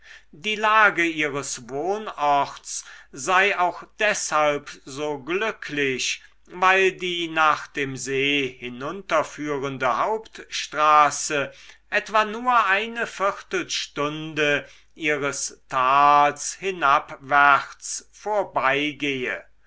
die lage ihres wohnorts sei auch deshalb so glücklich weil die nach dem see hinunterführende hauptstraße etwa nur eine viertelstunde ihres tals hinabwärts vorbeigehe